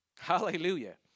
Hallelujah